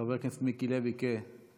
חבר הכנסת מיקי לוי כתומך,